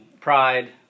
Pride